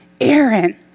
Aaron